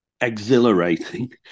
exhilarating